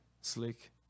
Slick